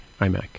iMac